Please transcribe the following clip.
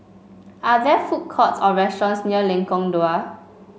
are there food courts or restaurants near Lengkok Dua